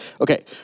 Okay